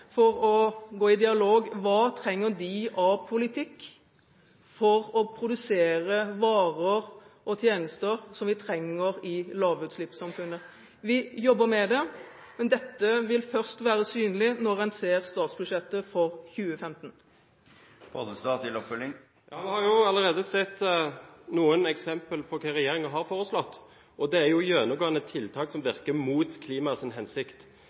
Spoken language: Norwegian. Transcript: for å gå i dialog om hva de trenger av politikk for å produsere varer og tjenester som vi trenger i lavutslippssamfunnet. Vi jobber med det, men dette vil først være synlig når en ser statsbudsjettet for 2015. Vi har jo allerede sett noen eksempler på hva regjeringen har foreslått, og det er gjennomgående tiltak som virker imot klimaet.